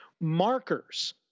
markers